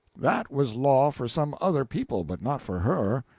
that was law for some other people, but not for her.